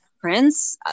prince